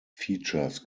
features